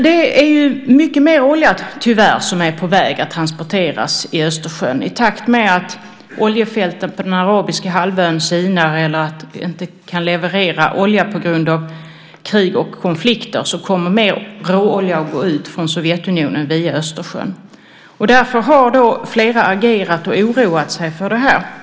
Det är tyvärr mycket mer olja som är på väg att transporteras i Östersjön. I takt med att oljefälten på den arabiska halvön sinar eller inte kan leverera olja på grund av krig och konflikter kommer mer råolja att gå ut från Ryssland via Östersjön. Därför har flera agerat och oroat sig för detta.